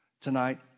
tonight